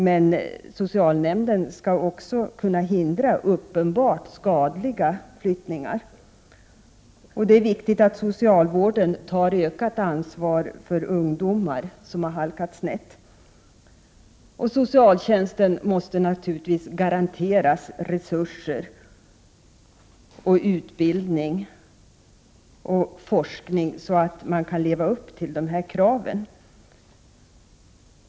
Men socialnämnden skall också kunna hindra uppenbart skadliga flyttningar. Det är viktigt att socialvården tar ett större ansvar för ungdomar som har kommit snett. Socialtjänsten måste självfallet garanteras resurser, utbildning och forskning, så att man kan leva upp till ställda krav.